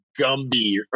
gumby